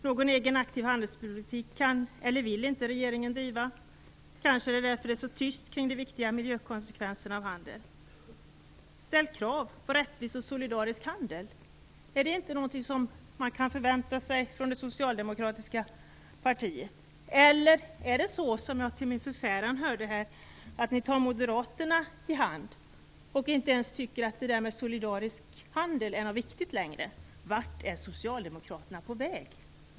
Någon egen aktiv handelspolitik kan eller vill inte regeringen driva. Kanske är det därför det är så tyst kring de viktiga miljökonsekvenserna av handeln. Ställ krav på en rättvis och solidarisk handel! Är inte det någonting som man kan förvänta sig från det socialdemokratiska partiet? Är det kanske så, som jag till min förfäran hörde, att ni tar Moderaterna i hand och inte längre tycker att det är viktigt med solidarisk handel? Vart är Socialdemokraterna på väg?